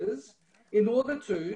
תנו לנו